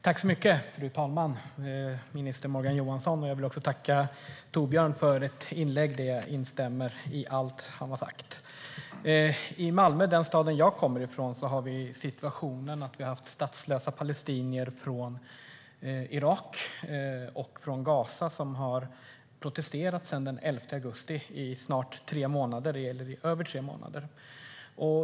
Fru talman! Tack, minister Morgan Johansson! Jag vill också tacka Torbjörn för ett inlägg där jag instämmer i allt. I Malmö, den stad jag kommer från, har vi situationen att statslösa palestinier från Irak och Gaza sedan den 11 augusti har protesterat - det är över tre månader.